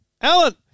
Alan